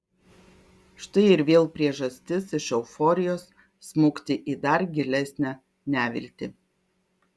štai ir vėl priežastis iš euforijos smukti į dar gilesnę neviltį